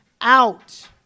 out